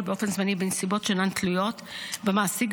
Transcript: באופן זמני בנסיבות שאינן תלויות במעסיק,